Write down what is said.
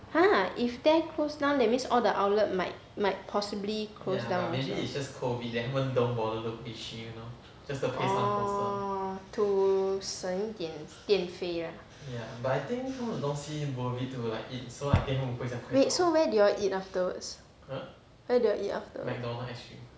!huh! if there now that means all the outlet might might possibly close down also oh to 省点一点电费 lah wait so where did y'all eat afterwards where did y'all eat afterwards